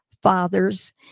fathers